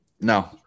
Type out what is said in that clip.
No